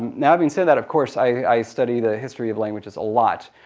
now having said that, of course i study the history of languages a lot.